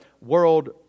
world